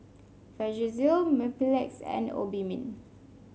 Vagisil Mepilex and Obimin